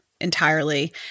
entirely